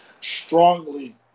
strongly